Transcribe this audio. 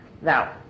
Now